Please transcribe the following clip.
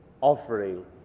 offering